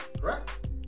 correct